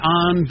on